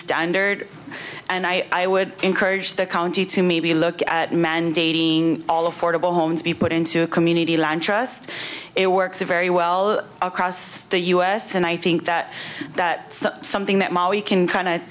standard and i would encourage the county to maybe look at mandating all affordable homes be put into a community land trust it works very well across the u s and i think that that something that we can kind of